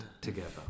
together